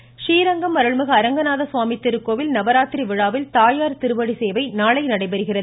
கோவில் றீரங்கம் அருள்மிகு அரங்கநாதசுவாமி திருக்கோவில் நவராத்திரி விழாவில் தாயார் திருவடி சேவை நாளை நடைபெறுகிறது